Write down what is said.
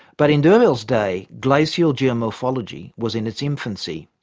but in d'urville's day glacial geomorphology was in its infancy.